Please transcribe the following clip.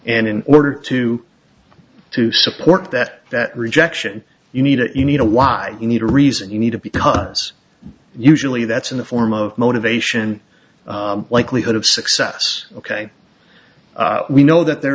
and in order to to support that that rejection you need it you need a why you need a reason you need to be because usually that's in the form of motivation likelihood of success ok we know that there